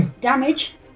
damage